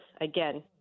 again